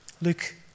Luke